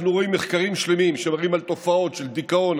אנחנו רואים מחקרים שלמים שמראים תופעות של דיכאון,